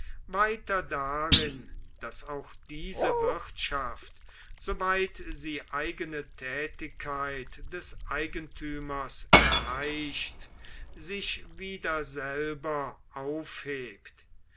weiter darin daß auch diese wirtschaft soweit sie eigene tätigkeit des eigentümers erheischt sich wieder selber aufhebt